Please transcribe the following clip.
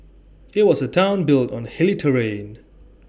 IT was A Town built on hilly terrain